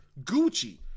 Gucci